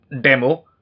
demo